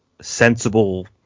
sensible